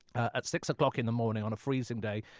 ah six o'clock in the morning on a freezing day,